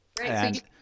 Right